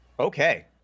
Okay